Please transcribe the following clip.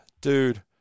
Dude